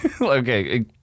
okay